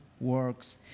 works